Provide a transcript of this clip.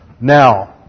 Now